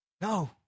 No